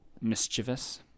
mischievous